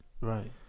Right